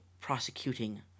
prosecuting